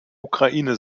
ukraine